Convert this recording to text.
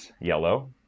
yellow